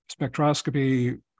spectroscopy